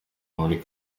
muri